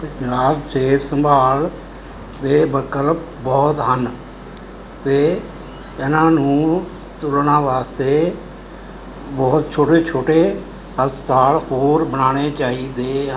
ਪੰਜਾਬ ਸਿਹਤ ਸੰਭਾਲ ਦੇ ਵਿਕਲਪ ਬਹੁਤ ਹਨ ਅਤੇ ਇਹਨਾਂ ਨੂੰ ਚੁਣਨ ਵਾਸਤੇ ਬਹੁਤ ਛੋਟੇ ਛੋਟੇ ਹਸਪਤਾਲ ਹੋਰ ਬਣਾਉਣੇ ਚਾਹੀਦੇ